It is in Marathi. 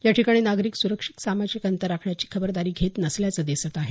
या ठिकाणी नागरिक सुरक्षित सामाजिक अंतर राखण्याची खबरदारी घेत नसल्याचं दिसत आहे